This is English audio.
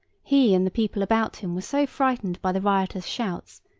he and the people about him were so frightened by the riotous shouts,